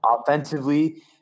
offensively